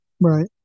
right